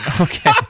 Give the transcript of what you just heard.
okay